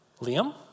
Liam